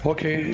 Okay